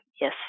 yes